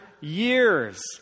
years